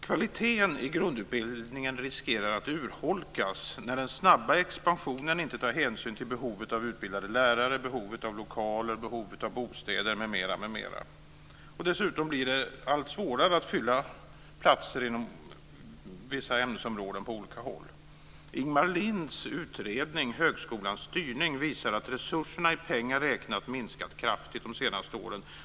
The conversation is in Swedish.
Kvaliteten i grundutbildningen riskerar att urholkas när den snabba expansionen inte tar hänsyn till behovet av utbildade lärare, behovet av lokaler, behovet av bostäder, m.m. Dessutom blir det allt svårare att fylla platserna inom vissa ämnesområden på olika håll. Ingemar Linds utredning Högskolans styrning visar att resurserna i pengar räknat minskat kraftigt under de senaste åren.